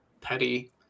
petty